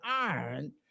iron